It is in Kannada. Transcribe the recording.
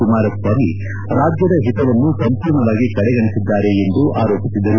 ಕುಮಾರಸ್ವಾಮಿ ರಾಜ್ದದ ಹಿತವನ್ನು ಸಂಪೂರ್ಣವಾಗಿ ಕಡೆಗಣಿಸಿದ್ದಾರೆ ಎಂದು ಆರೋಪಿಸಿದರು